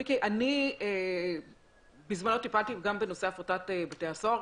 מיקי, אני בזמנו טיפלתי גם בנושא הפרטת בתי הסוהר.